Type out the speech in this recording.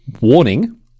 warning